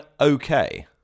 okay